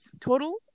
total